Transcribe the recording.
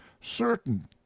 certain